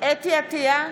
אתי עטייה,